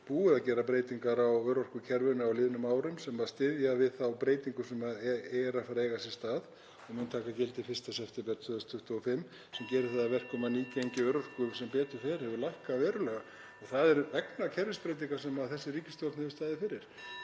búið að gera breytingar á örorkukerfinu á liðnum árum, sem styðja við þá breytingu sem er að fara að eiga sér stað og mun taka gildi 1. september 2025, sem gerir það að verkum að nýgengi örorku, sem betur fer, hefur lækkað verulega. (Forseti hringir.) Það er vegna kerfisbreytinga sem þessi ríkisstjórn hefur staðið fyrir